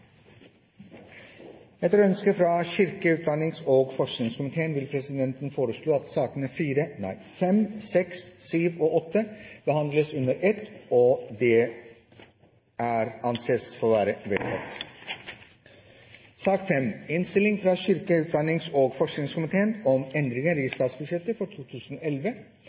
Etter ønske fra kirke-, utdannings- og forskningskomiteen vil presidenten foreslå at sakene nr. 5–8 behandles under ett – og anser det som vedtatt. Ingen har bedt om